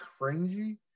cringy